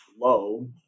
low